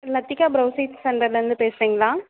Lathika browsing சென்டர்லேருந்து பேசுகிறீங்களா